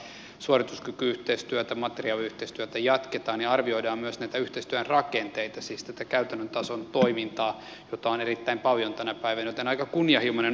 sen ohella suorituskyky yhteistyötä materiaaliyhteistyötä jatketaan ja arvioidaan myös näitä yhteistyön rakenteita siis tätä käytännön tason toimintaa jota on erittäin paljon tänä päivänä joten aika kunnianhimoinen ohjelma